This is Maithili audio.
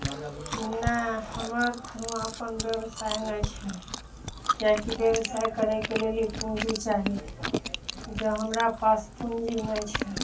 नहि हमर कोनो अपन व्यवसाय नहि छै किएक कि व्यवसाय करयके लेल ई पूँजी चाही जे हमरा पास पूँजी नहि छै